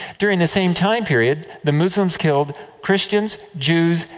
during the same time period, the muslims killed christians, jews,